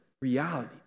reality